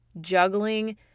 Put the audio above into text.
Juggling